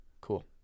Cool